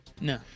No